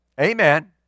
Amen